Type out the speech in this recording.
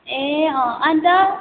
ए अँ अन्त